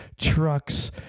trucks